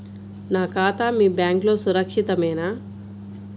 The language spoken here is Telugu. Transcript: నా ఖాతా మీ బ్యాంక్లో సురక్షితమేనా?